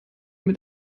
mit